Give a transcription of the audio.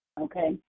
Okay